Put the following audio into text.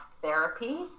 therapy